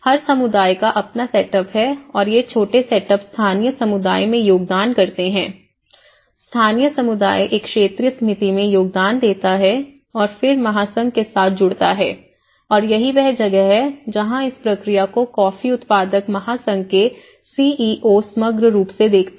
हर समुदाय का अपना सेटअप है और ये छोटे सेटअप स्थानीय समुदाय में योगदान करते हैं स्थानीय समुदाय एक क्षेत्रीय समिति में योगदान देता है और फिर महासंघ के साथ जुड़ता है और यही वह जगह है जहां इस प्रक्रिया को कॉफी उत्पादक महासंघ के सीईओ समग्र रूप से देखते हैं